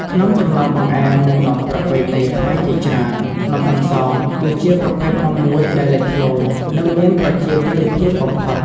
ក្នុងចំណោមបង្អែម និងនំប្រពៃណីខ្មែរជាច្រើន នំអន្សម គឺជាប្រភេទនំមួយដែលលេចធ្លោ និងមានប្រជាប្រិយភាពបំផុត។